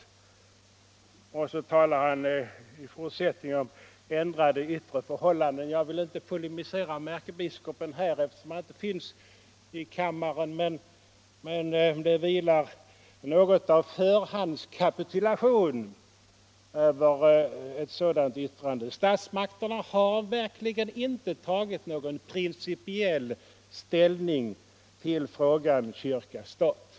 I fortsättningen talade ärkebiskopen om ändrade yttre förhållanden. Jag vill inte polemisera med honom här, eftersom han inte finns i kammaren, men det vilar något av förhandskapitulation över ett sådant yttrande. Statsmakterna har verkligen inte tagit någon principiell ställning till frågan kyrka-stat.